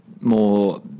more